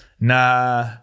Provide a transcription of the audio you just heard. Nah